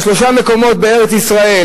על שלושה מקומות בארץ-ישראל,